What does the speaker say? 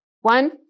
one